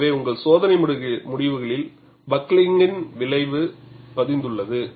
எனவே உங்கள் சோதனை முடிவுகளில் பக்ளிங்கின் விளைவு பதிந்துள்ளது